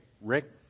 Rick